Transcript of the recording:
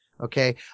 Okay